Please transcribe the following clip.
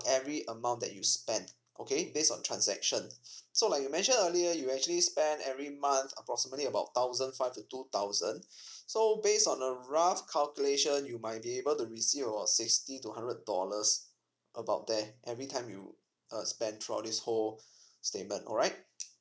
every amount that you spend okay based on transaction so like you mentioned earlier you actually spend every month approximately about thousand five to two thousand so based on the rough calculation you might be able to receive about sixty to hundred dollars about there every time you uh spend throughout this whole statement alright